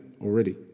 already